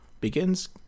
begins